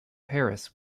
paris